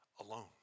alone